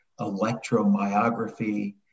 electromyography